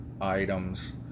items